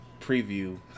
preview